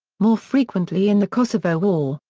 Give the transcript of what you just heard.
more frequently in the kosovo war,